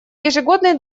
ежегодный